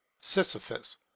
Sisyphus